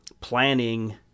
planning